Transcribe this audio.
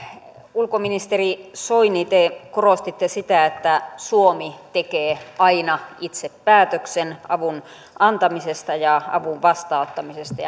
ulkoministeri soini te korostitte sitä että suomi tekee aina itse päätöksen avun antamisesta ja avun vastaanottamisesta